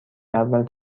اول